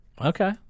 Okay